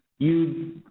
you,